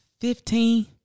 Fifteen